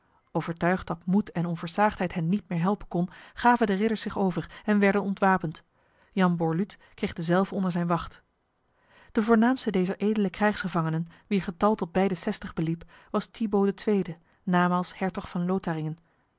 overtuigd dat moed en onversaagdheid hen niet meer helpen kon gaven de ridders zich over en werden ontwapend jan borluut kreeg dezelve onder zijn wacht de voornaamste dezer edele krijgsgevangenen wier getal tot bij de zestig beliep was thibaud ii namaals hertog van